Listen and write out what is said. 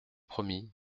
promis